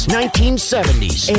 1970s